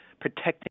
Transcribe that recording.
protecting